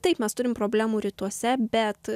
taip mes turim problemų rytuose bet